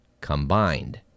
combined